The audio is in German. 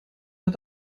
hat